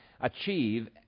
achieve